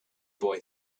boy